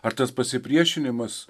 ar tas pasipriešinimas